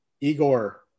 Igor